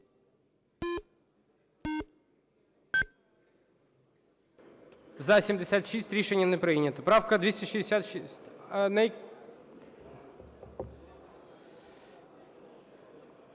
За-78 Рішення не прийнято. Правка 273,